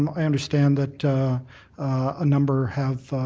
um i understand that a number have